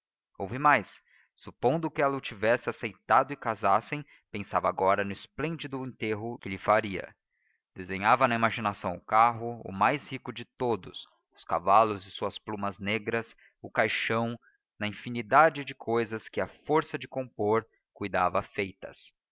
houve mais supondo que ela o tivesse aceitado e casassem pensava agora no esplêndido enterro que lhe faria desenhava na imaginação o carro o mais rico de todos os cavalos e as suas plumas negras o caixão uma infinidade de cousas que à força de compor cuidava feitas